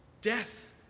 death